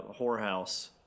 whorehouse